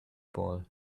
ball